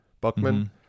buckman